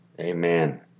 Amen